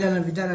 אילן אביטן,